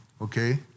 Okay